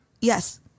Yes